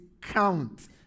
count